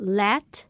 let